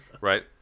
right